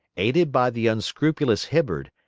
aided by the unscrupulous hibbard,